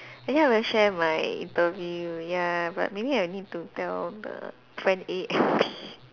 actually I haven't share my interview ya but maybe I'll need to tell the friend A and B